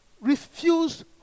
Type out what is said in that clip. Refuse